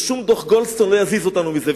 ושום דוח גולדסטון לא יזיז אותנו מזה.